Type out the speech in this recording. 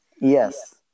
Yes